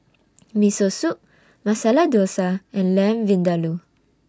Miso Soup Masala Dosa and Lamb Vindaloo